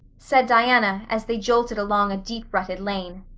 said diana, as they jolted along a deep-rutted lane.